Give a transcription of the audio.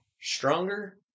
stronger